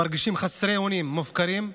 הם מרגישים חסרי אונים, מופקרים.